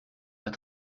pas